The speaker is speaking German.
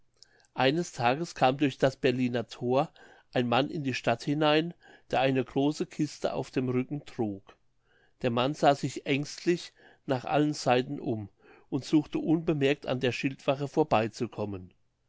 eines tages kam durch das berliner thor ein mann in die stadt hinein der eine große kiste auf dem rücken trug der mann sah sich ängstlich nach allen seiten um und suchte unbemerkt an der schildwache